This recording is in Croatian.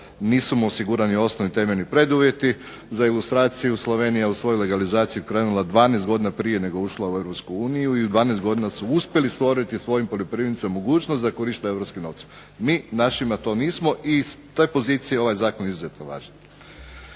nisu mu osigurani osnovni temeljni preduvjeti. Za ilustraciju Slovenija u svoju legalizaciju krenula 12 godina prije nego je ušla u Europsku uniju, i u 12 godina su uspjeli stvoriti svojim poljoprivrednicima mogućnost za korištenje europskim novcem. Mi našima to nismo i iz te pozicije je ovaj zakon izuzetno važan.